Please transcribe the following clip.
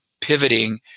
pivoting